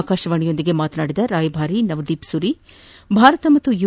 ಆಕಾಶವಾಣಿಯೊಂದಿಗೆ ಮಾತನಾಡಿದ ರಾಯಭಾರಿ ನವದೀಪ್ಸುರಿ ಭಾರತ ಹಾಗು ಯು